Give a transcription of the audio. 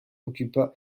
occupa